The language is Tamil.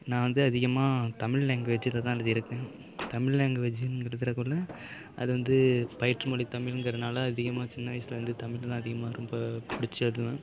நான் வந்து அதிகமாக தமிழ் லேங்குவேஜில் தான் எழுதியிருக்கேன் தமிழ் லேங்குவேஜிங்கிறதுக்குள்ளே அது வந்து பயிற்றுமொழி தமிழ்ங்கிறதுனால அதிகமாக சின்ன வயசுலந்து தமிழ்தான் அதிகமாக ரொம்ப புடிச்சதுலாம்